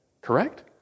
Correct